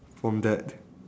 from that